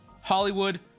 Hollywood